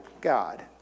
God